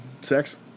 Sex